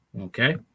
Okay